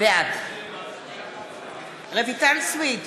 בעד רויטל סויד,